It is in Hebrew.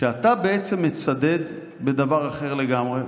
------- שאתה בעצם מצדד בדבר אחר לגמרי,